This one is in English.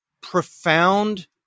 profound